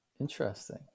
interesting